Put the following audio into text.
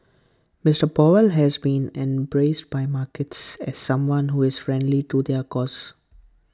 Mister powell has been embraced by markets as someone who is friendly to their cause